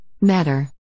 Matter